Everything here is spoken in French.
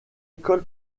école